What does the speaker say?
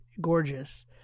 gorgeous